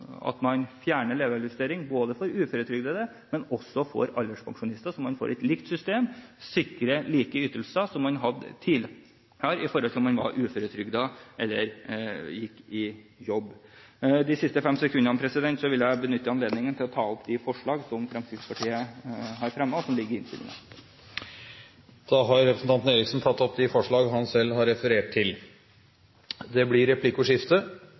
at man fjerner levealdersjustering både for uføretrygdede og alderspensjonister, så man får et likt system, sikrer like ytelser, slik man hadde tidligere: om man var uføretrygdet eller var i jobb. De siste fem sekundene vil jeg benytte til å ta opp de forslag som Fremskrittspartiet har fremmet og som ligger i innstillingen. Representanten Robert Eriksson har tatt opp de forslagene han refererte til. Det blir replikkordskifte.